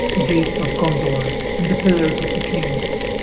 the gates of gondor and the pillars of the kings.